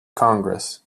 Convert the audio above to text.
congress